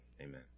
Amen